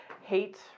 hate